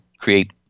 create